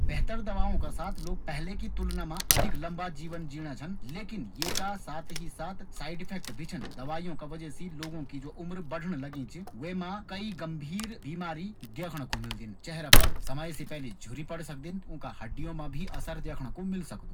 बेहतर दवाओं का साथ लोग पहले की तुलना मा अधिक लम्बू जीवन जीणा छन। लेकिन येका कुछ साइड इफ़ेक्ट भी छन। दवाईयों की वजह से लोगों की जु उम्र बढ़णा लगी च, वै मा कई गंभीर बीमारी देखणा कू मिलदिन। चेहरा पर समय से पैली झूर्री पड़ सकदिन। लोगों की हड्डीयों पर भी असर देखणा कू मिल सकदु।